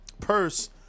purse